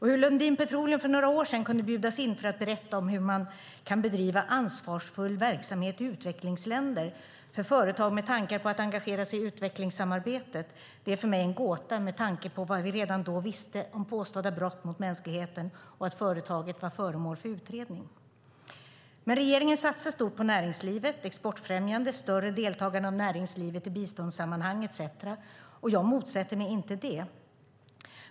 Hur Lundin Petroleum för några år sedan kunde bjudas in för att berätta om hur man kan bedriva ansvarsfull verksamhet i utvecklingsländer för företag med tankar på att engagera sig i utvecklingssamarbete är för mig en gåta med tanke på vad vi redan då visste om påstådda brott mot mänskligheten och att företaget var föremål för utredning. Men regeringen satsar stort på näringslivet - exportfrämjande, större deltagande av näringslivet i biståndssammanhang etcetera - och jag motsätter mig inte det.